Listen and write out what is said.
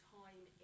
time